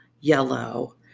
yellow